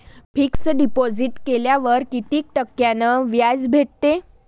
Fix deposit केल्यावर कितीक टक्क्यान व्याज भेटते?